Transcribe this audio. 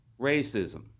racism